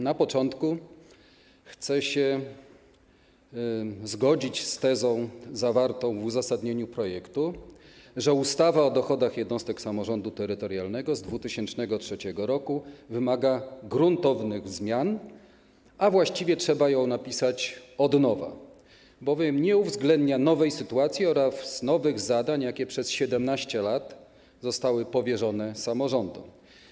Na początku chcę się zgodzić z tezą zawartą w uzasadnieniu projektu, że ustawa o dochodach jednostek samorządu terytorialnego z 2003 r. wymaga gruntownych zmian, a właściwie trzeba ją napisać od nowa, bowiem nie uwzględnia nowej sytuacji oraz nowych zadań, jakie przez 17 lat zostały powierzone samorządom.